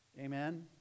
amen